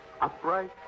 upright